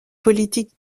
politique